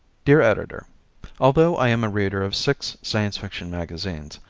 dear editor although i am a reader of six science fiction magazines,